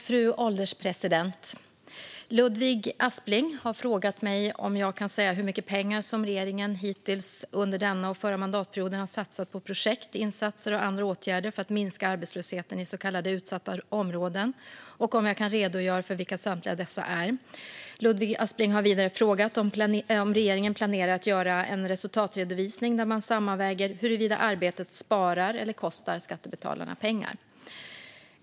Fru ålderspresident! Ludvig Aspling har frågat mig om jag kan säga hur mycket pengar som regeringen hittills under denna och förra mandatperioden har satsat på projekt, insatser och andra åtgärder för att minska arbetslösheten i så kallade utsatta områden och om jag kan redogöra för vilka samtliga dessa är. Ludvig Aspling har vidare frågat om regeringen planerar att göra en resultatredovisning när man sammanväger huruvida arbetet sparar eller kostar skattebetalarna pengar.